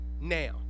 Now